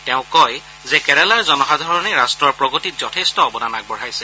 তেওঁ কয় যে কেৰালাৰ জনসাধাৰণে ৰাট্টৰ প্ৰগতিত যথেষ্ট অৱদান আগবঢ়াইছে